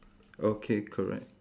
okay correct